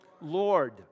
Lord